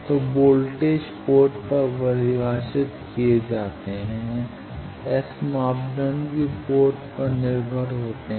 तो voltage port पर परिभाषित किए जाते हैं S मापदंड भी पोर्ट पर निर्भर होते हैं